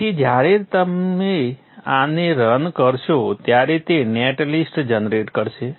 તેથી જ્યારે તમે આને રન કરશો ત્યારે તે નેટ લિસ્ટ જનરેટ કરશે